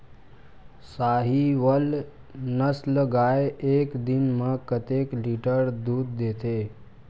साहीवल नस्ल गाय एक दिन म कतेक लीटर दूध देथे?